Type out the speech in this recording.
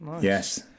Yes